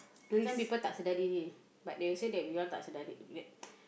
sometime people tak sedar diri but they will say that we all tak sedar di ~